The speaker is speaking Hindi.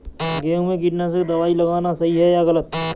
गेहूँ में कीटनाशक दबाई लगाना सही है या गलत?